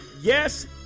Yes